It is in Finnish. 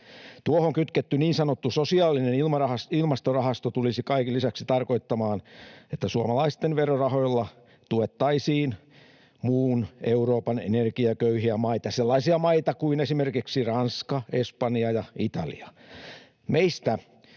Tuohon kytketty niin sanottu sosiaalinen ilmastorahasto tulisi kaiken lisäksi tarkoittamaan, että suomalaisten verorahoilla tuettaisiin muun Euroopan energiaköyhiä maita, sellaisia maita kuin esimerkiksi Ranska, Espanja ja Italia.